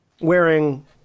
wearing